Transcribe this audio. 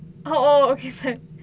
oh okay சொல்:sol